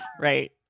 Right